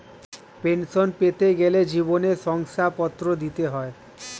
pension পেতে গেলে জীবন শংসাপত্র দিতে হয়